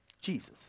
Jesus